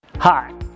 Hi